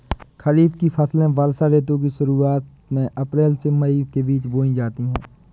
खरीफ की फसलें वर्षा ऋतु की शुरुआत में अप्रैल से मई के बीच बोई जाती हैं